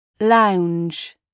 Lounge